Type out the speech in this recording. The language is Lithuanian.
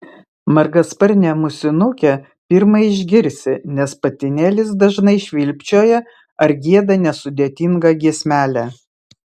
margasparnę musinukę pirma išgirsi nes patinėlis dažnai švilpčioja ar gieda nesudėtingą giesmelę